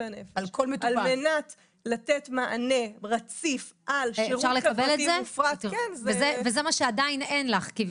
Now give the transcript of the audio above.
הנפש על מנת לתת מענה רציף על שירות --- וזה מה שעדיין אין לך כביכול.